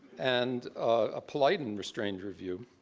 and a polite and restrained review.